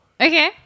Okay